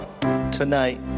tonight